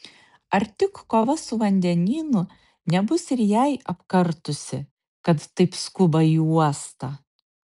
ar tik kova su vandenynu nebus ir jai apkartusi kad taip skuba į uostą